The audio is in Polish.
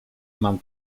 mam